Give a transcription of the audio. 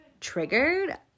triggered